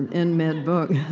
in mid-book.